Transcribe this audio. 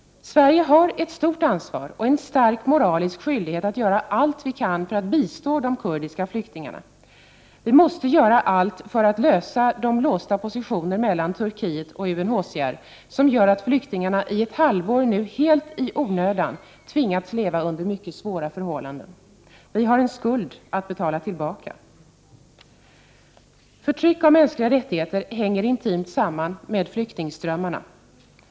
Sverige har ett stort ansvar och en stark moralisk skyldighet att göra allt vi kan för att bistå de kurdiska flyktingarna. Sverige måste göra allt för att lösa upp de låsta positioner mellan Turkiet och UNHCR som gör att flyktingarna nui ett halvår i onödan tvingats leva under mycket svåra förhållanden. Vi har en skuld att betala tillbaka. Förtryck av mänskliga rättigheter hänger intimt samman med flyktingströmmarna.